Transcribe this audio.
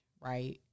right